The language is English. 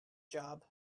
job